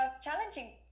challenging